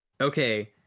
Okay